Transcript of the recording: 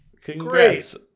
Congrats